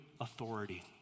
authority